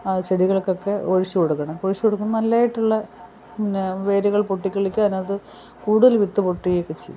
ആ ചെടികൾക്കൊക്കെ ഒഴിച്ച് കൊടുക്കണം ഒഴിച്ച് കൊടുക്കുമ്പം നല്ലതായിട്ടുള്ള പിന്നെ വേരുകൾ പൊട്ടിക്കിളുക്കാനത് കൂടുതൽ വിത്ത് പൊട്ടുകയൊക്കെ ചെയ്യും